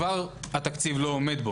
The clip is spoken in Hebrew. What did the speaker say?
בלי דברים חדשים, כבר התקציב לא עומד בו.